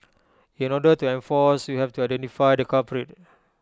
in order to enforce you have to identify the culprit